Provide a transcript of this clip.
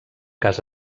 cas